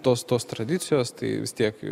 tos tos tradicijos tai vis tiek